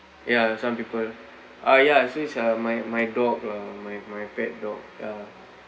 ya some people ah ya so is a my my dog lah my my pet dog ya